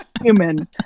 human